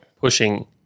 pushing